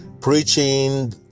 preaching